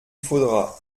faudra